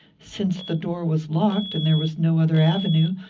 since the door was locked, and there was no other avenue,